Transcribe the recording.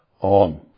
on